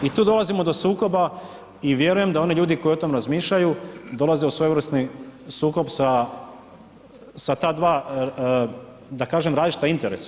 I tu dolazimo do sukoba i vjerujem da oni ljudi koji o tome razmišljaju dolaze u svojevrsni sukob sa ta dva da kažem različita interesa.